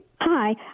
Hi